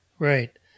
Right